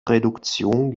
reduktion